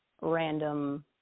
random